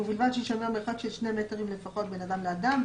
ובלבד שיישמר מרחק של שני מטרים לפחות בין אדם לאדם.